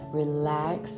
relax